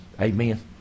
Amen